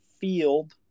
field